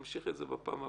נמשיך את זה בפעם הבאה.